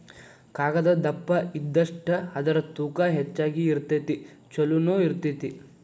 ಕಾಗದಾ ದಪ್ಪ ಇದ್ದಷ್ಟ ಅದರ ತೂಕಾ ಹೆಚಗಿ ಇರತತಿ ಚುಲೊನು ಇರತತಿ